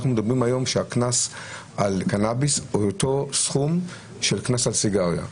אנחנו מדברים היום שהקנס על קנאביס הוא אותו סכום של קנס על סיגריה.